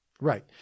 Right